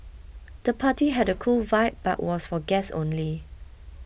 the party had a cool vibe but was for guests only